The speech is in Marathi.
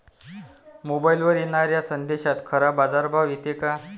मोबाईलवर येनाऱ्या संदेशात खरा बाजारभाव येते का?